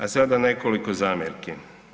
A sada nekoliko zamjerki.